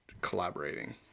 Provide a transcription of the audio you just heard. collaborating